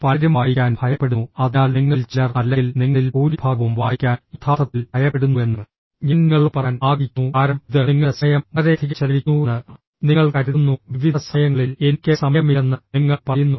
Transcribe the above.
പലരും വായിക്കാൻ ഭയപ്പെടുന്നു അതിനാൽ നിങ്ങളിൽ ചിലർ അല്ലെങ്കിൽ നിങ്ങളിൽ ഭൂരിഭാഗവും വായിക്കാൻ യഥാർത്ഥത്തിൽ ഭയപ്പെടുന്നുവെന്ന് ഞാൻ നിങ്ങളോട് പറയാൻ ആഗ്രഹിക്കുന്നു കാരണം ഇത് നിങ്ങളുടെ സമയം വളരെയധികം ചെലവഴിക്കുന്നുവെന്ന് നിങ്ങൾ കരുതുന്നു വിവിധ സമയങ്ങളിൽ എനിക്ക് സമയമില്ലെന്ന് നിങ്ങൾ പറയുന്നു